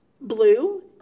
blue